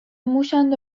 موشاند